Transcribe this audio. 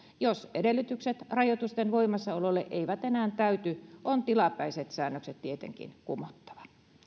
jos edellytykset rajoitusten voimassaololle eivät enää täyty on tilapäiset säännökset tietenkin kumottava